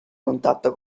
contatto